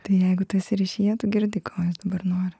tai jeigu tu esi ryšyje tu girdi ko jis dabar nori